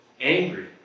angry